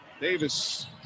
Davis